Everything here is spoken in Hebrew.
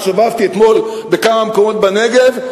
הסתובבתי אתמול בכמה מקומות בנגב,